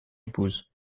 épouse